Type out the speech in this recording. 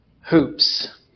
Hoops